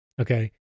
okay